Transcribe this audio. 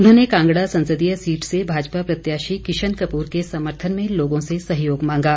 उन्होंने कांगड़ा संसदीय सीट से भाजपा प्रत्याशी किशन कपूर के समर्थन में लोगों से सहयोग मांगा